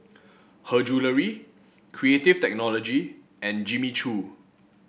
Her Jewellery Creative Technology and Jimmy Choo